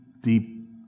deep